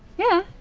yeah,